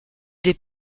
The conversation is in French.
des